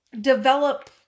develop